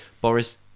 Boris